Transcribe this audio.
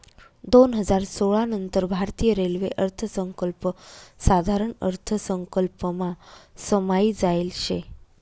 दोन हजार सोळा नंतर भारतीय रेल्वे अर्थसंकल्प साधारण अर्थसंकल्पमा समायी जायेल शे